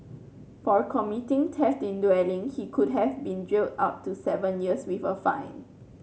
for committing theft in dwelling he could have been jailed up to seven years with a fine